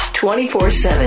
24-7